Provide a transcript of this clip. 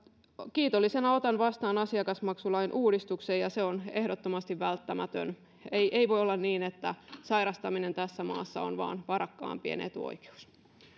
kiitollisena otan vastaan asiakasmaksulain uudistuksen ja se on ehdottomasti välttämätön ei ei voi olla niin että sairastaminen tässä maassa on vain varakkaampien etuoikeus